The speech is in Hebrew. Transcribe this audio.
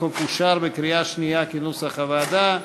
הצעת החוק אושרה בקריאה שנייה, כנוסח הוועדה.